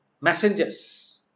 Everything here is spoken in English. messengers